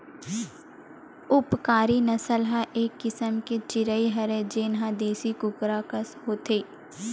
उपकारी नसल ह एक किसम के चिरई हरय जेन ह देसी कुकरा कस होथे